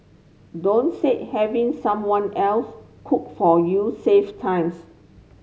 don't say having someone else cook for you saves times